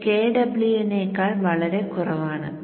ഇത് Kw നേക്കാൾ വളരെ കുറവാണ്